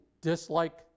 dislike